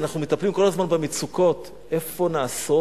אנחנו מטפלים כל הזמן במצוקות: איפה נעסוק,